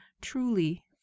truly